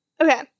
Okay